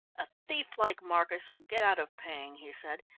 a thief like marcus will get out of paying, he said,